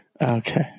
Okay